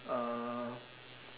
uh